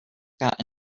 got